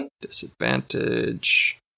disadvantage